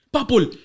Purple